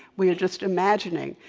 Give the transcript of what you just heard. we are just imagining.